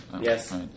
Yes